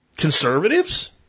Conservatives